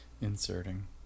Inserting